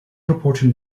reporting